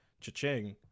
cha-ching